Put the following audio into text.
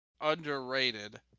underrated